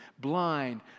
blind